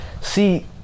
see